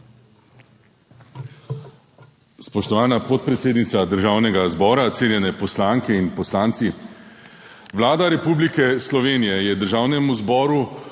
Spoštovana podpredsednica Državnega zbora, spoštovane poslanke in poslanci! Vlada Republike Slovenije je Državnemu zboru